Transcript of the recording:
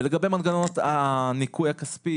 ולגבי מנגנון הניכוי הכספי,